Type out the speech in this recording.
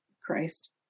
Christ